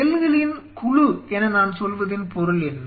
செல்களின் குழு என நான் சொல்வதின் பொருள் என்ன